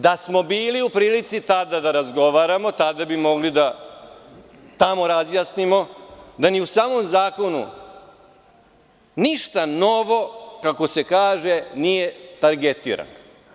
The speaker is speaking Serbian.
Da smo bili u prilici tada da razgovaramo, tada bi mogli da tamo razjasnimo da ni u samom zakonu ništa novo, kako se kaže, nije targetirano.